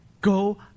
Go